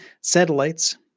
satellites